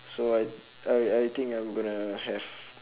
so I I I think I'm going to have